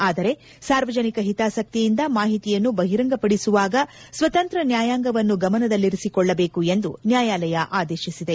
ಆದರೆ ಸಾರ್ವಜನಿಕ ಹಿತಾಸಕ್ತಿಯಿಂದ ಮಾಹಿತಿಯನ್ನು ಬಹಿರಂಗಪಡಿಸುವಾಗ ಸ್ನತಂತ್ರ ನ್ಯಾಯಾಂಗವನ್ನು ಗಮನದಲ್ಲಿರಿಸಿಕೊಳ್ಳಬೇಕು ಎಂದು ನ್ಯಾಯಾಲಯ ಆದೇಶಿಸಿದೆ